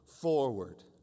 forward